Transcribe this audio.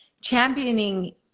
Championing